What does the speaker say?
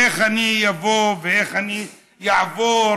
איך אני אבוא ואיך אני אעבור,